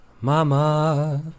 Mama